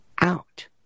out